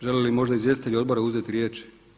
Žele li možda izvjestitelji odbora uzeti riječ?